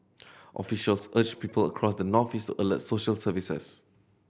officials urged people across the northeast alert social services